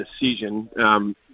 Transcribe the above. decision